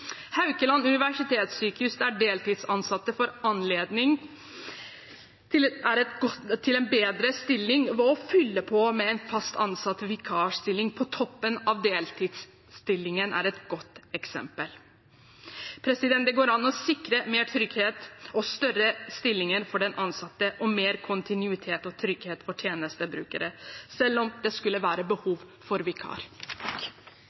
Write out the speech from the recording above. Haukeland universitetssjukehus, der deltidsansatte får anledning til en bedre stilling og å fylle på med en fast ansatt vikarstilling på toppen av deltidsstillingen, er et godt eksempel. Det går an å sikre mer trygghet og større stillinger for den ansatte og mer kontinuitet og trygghet for tjenestebrukere, selv om det skulle være